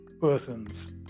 persons